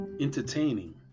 entertaining